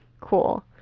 Cool